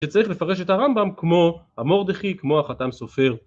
שצריך לפרש את הרמב״ם כמו המרדכי, כמו החת"ם סופר